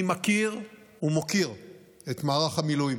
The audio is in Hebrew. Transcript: אני מכיר ומוקיר את מערך המילואים.